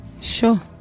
Sure